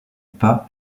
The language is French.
pas